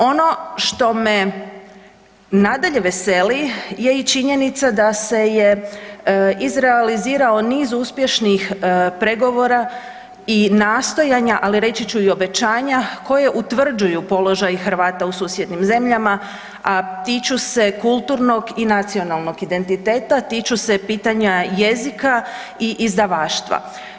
Ono što me nadalje veseli je i činjenica da se je izrealizirao niz uspješnih pregovora i nastojanja, ali reći ću i obećanja koje utvrđuju položaj Hrvata u susjednim zemljama, a tiču se kulturnog i nacionalnog identiteta, tiču se pitanja jezika i izdavaštva.